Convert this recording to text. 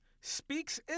Speaks